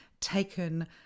taken